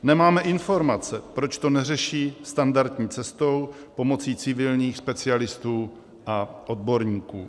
Nemáme informace, proč to neřeší standardní cestou, pomocí civilních specialistů a odborníků.